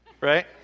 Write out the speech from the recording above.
right